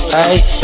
aye